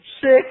Six